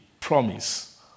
promise